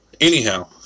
Anyhow